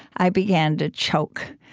i began to choke.